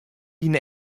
dyn